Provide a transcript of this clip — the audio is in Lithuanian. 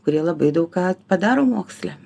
kurie labai daug ką padaro moksle